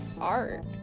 art